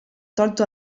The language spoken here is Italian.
tolto